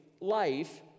life